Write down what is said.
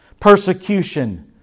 Persecution